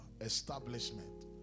establishment